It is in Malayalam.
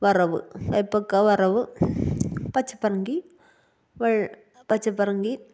വറവ് കയ്പ്പയ്ക്ക വറവ് പച്ചപ്പറുങ്കി വെള് പച്ചപ്പറുങ്കി